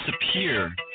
disappear